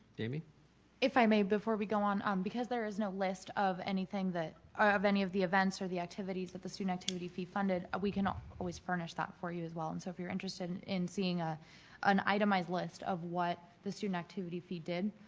i mean if i may, before we go on, um because there is no list of anything that or of any of the events or the activities that the student activity be funded, we can always furnish that for you as well. and so if you're interested in seeing ah an itemized list of what the student activity fee did,